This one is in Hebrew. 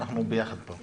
אנחנו ביחד פה.